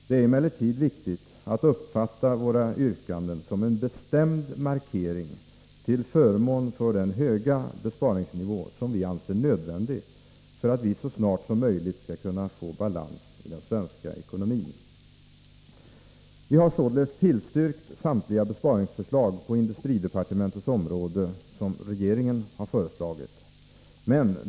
Det är emellertid viktigt att uppfatta våra yrkanden som en bestämd markering till förmån för den höga besparingsnivå som vi anser nödvändig för att vi så snart som möjligt skall kunna få balans i den svenska ekonomin. Vi har således tillstyrkt samtliga besparingsförslag på industridepartementets område från regeringen.